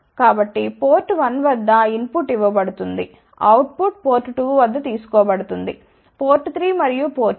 కాబట్టి పోర్ట్ 1 వద్ద input ఇవ్వబడుతుంది అవుట్ పుట్ పోర్ట్ 2 వద్ద తీసుకోబడుతుంది పోర్ట్ 3 మరియు పోర్ట్ 4